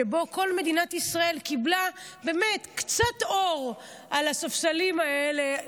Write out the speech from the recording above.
שבו כל מדינת ישראל קיבלה קצת אור על הספסלים האלה,